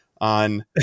on